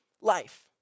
life